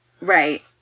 Right